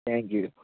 thank you